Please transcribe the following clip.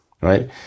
right